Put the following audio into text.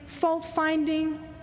fault-finding